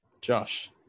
Josh